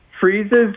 freezes